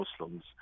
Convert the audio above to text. Muslims